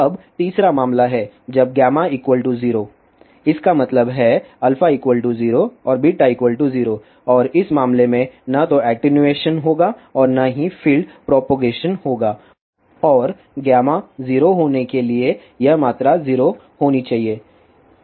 अब तीसरा मामला है जब 0 इसका मतलब है α 0 और β 0 और इस मामले में न तो एटीन्यूएशन होगा और न ही फील्ड प्रोपगेशन होगा और 0 होने के लिए यह मात्रा 0 होनी चाहिए kx2 k2